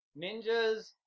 ninjas